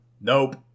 nope